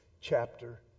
chapter